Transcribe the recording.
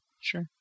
sure